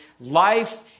life